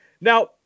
Now